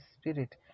Spirit